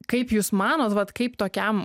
kaip jūs manot vat kaip tokiam